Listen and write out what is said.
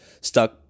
stuck